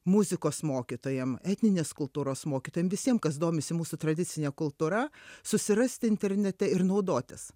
muzikos mokytojam etninės kultūros mokytojam visiem kas domisi mūsų tradicine kultūra susirast internete ir naudotis